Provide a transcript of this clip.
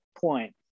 point